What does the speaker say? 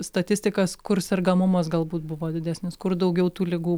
statistikas kur sergamumas galbūt buvo didesnis kur daugiau tų ligų